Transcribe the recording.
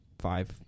five